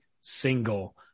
single